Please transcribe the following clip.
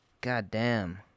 goddamn